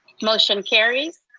motion carries.